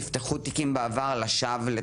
נפתחו תיקים לשווא בעבר לטרנסיות,